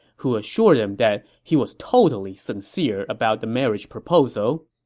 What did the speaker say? who assured him that he was totally sincere about the marriage proposal.